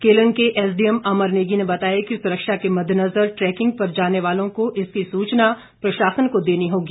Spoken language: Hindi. केलंग के एसडीएम अमर नेगी ने बताया कि सुरक्षा के मद्देनजर ट्रैकिंग पर जाने वालों को इसकी सूचना प्रशासन को देनी होगी